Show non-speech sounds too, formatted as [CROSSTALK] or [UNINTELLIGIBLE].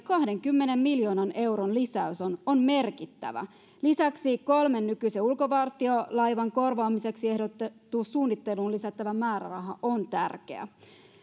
[UNINTELLIGIBLE] kahdenkymmenen miljoonan euron lisäys laivanrakennuksen innovaatiotukeen on merkittävä lisäksi kolmen nykyisen ulkovartiolaivan korvaamiseksi ehdotettu suunnitteluun lisättävä määräraha on tärkeä